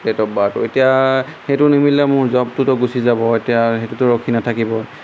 date of বাৰটো এতিয়া সেইটো নিমিলিলে মোৰ জবটোতো গুচি যাব এতিয়া সেইটোতো ৰখি নাথাকিব